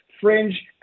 fringe